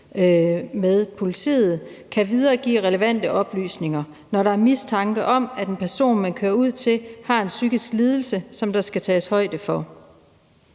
med politiet, kan videregive relevante oplysninger, når der er mistanke om, at en person, man kører ud til, har en psykisk lidelse, som der skal tages højde for